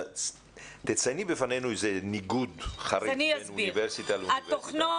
צייני בפנינו איזה ניגוד חריג בין אוניברסיטה לאוניברסיטה.